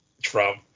trump